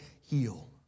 heal